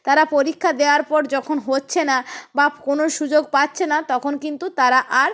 তারা পরীক্ষা দেওয়ার পর যখন হচ্ছে না বা কোনো সুযোগ পাচ্ছে না তখন কিন্তু তারা আর